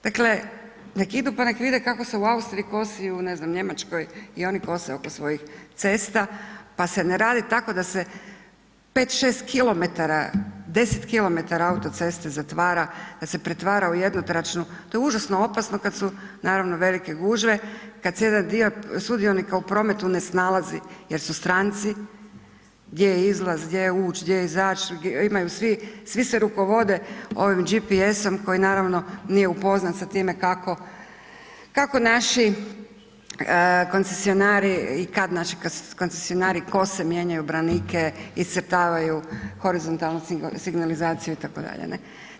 Dakle, nek idu pa nek vide kako se u Austriji kosi i ne znam u Njemačkoj i oni kose oko svojih cesta pa se ne radi tako da se 5, 6 km, 10 km autoceste zatvara da se pretvara u jednotračnu to je užasno opasno kad su naravno velike gužve, kad se jedan dio sudionika u prometu ne snalazi jer su stranci, gdje izlaz, gdje uć, gdje izać, imaju svi, svi se rukovode ovim GPS-om koji naravno nije upoznat sa time kako naši koncesionari i kad naši koncesionari kose, mijenjaju branike, iscrtavaju horizontalnu signalizaciju itd., ne.